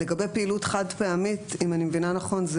לגבי פעילות חד-פעמית אם אני מבינה נכון,